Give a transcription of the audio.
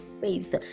faith